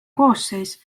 koosseis